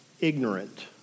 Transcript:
ignorant